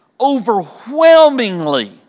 overwhelmingly